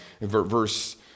verse